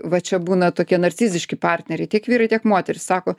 va čia būna tokie narciziški partneriai tiek vyrai tiek moterys sako